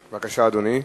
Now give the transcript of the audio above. בבקשה, אדוני.